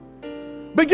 Begin